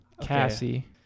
Cassie